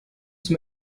zum